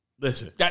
Listen